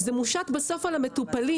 אתה גם מונית לשופט עליון.